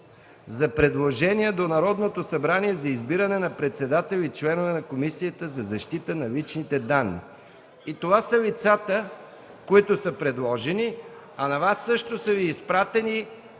за предложение до Народното събрание за избиране на председател и членове на Комисията за защита на личните данни. Това са лицата, които са предложени. На Вас също са Ви изпратени